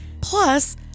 Plus